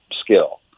skill